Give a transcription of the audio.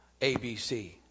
ABC